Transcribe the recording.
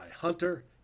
Hunter